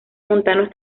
montanos